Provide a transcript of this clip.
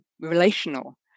relational